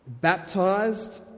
baptized